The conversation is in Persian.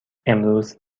امروز